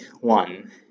one